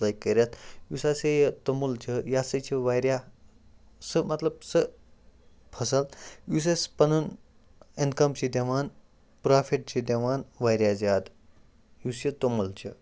کٔرِتھ یُس ہَسا یہِ توٚمُل چھِ یہِ ہَسا چھِ واریاہ سُہ مطلب سُہ فصل یُس اَسہِ پَنُن اِنکَم چھِ دِوان پرٛافِٹ چھِ دِوان واریاہ زیادٕ یُس یہِ توٚمُل چھِ